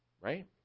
right